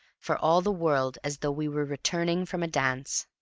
for all the world as though we were returning from a dance.